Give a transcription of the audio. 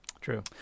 True